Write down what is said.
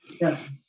yes